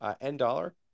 N-Dollar